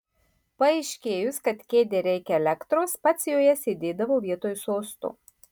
paaiškėjus kad kėdei reikia elektros pats joje sėdėdavo vietoj sosto